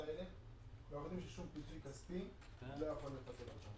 אנחנו יודעים ששום פיצוי כספי לא יכול לפצות אותן.